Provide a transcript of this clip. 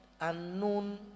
unknown